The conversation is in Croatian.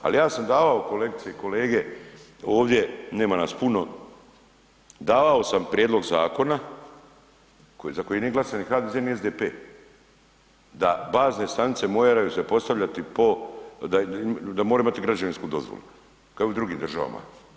Ali ja sam davao kolegice i kolege ovdje nema nas puno, davao sam prijedlog zakona za koji nije glasao niti HDZ-e, niti SDP-e da bazne stanice moraju se postavljati da moraju imati građevinsku dozvolu kao u drugim državama.